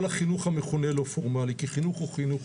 החינוך המכונה "לא פורמלי"; כי חינוך הוא חינוך.